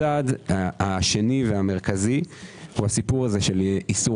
הצעד השני והמרכזי הוא הסיפור של איסור